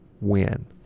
win